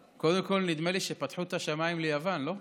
קודם כול, נדמה לי שפתחו את השמיים ליוון, לא?